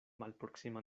malproksima